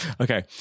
Okay